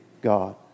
God